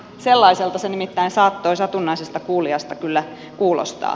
sellaiselta se nimittäin saattoi satunnaisesta kuulijasta kyllä kuulostaa